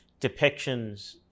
depictions